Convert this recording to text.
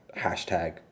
hashtag